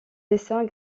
dessins